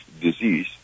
disease